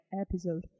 episode